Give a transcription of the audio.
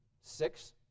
six